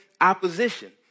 opposition